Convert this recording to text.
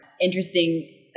interesting